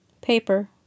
Paper